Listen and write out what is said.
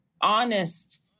honest